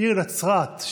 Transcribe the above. העיר נצרת,